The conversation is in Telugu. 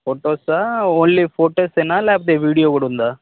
ఫొటోసా ఓన్లీ ఫొటోసేనా లేకపోతే వీడియో కూడా ఉందా